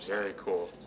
very cool.